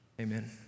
Amen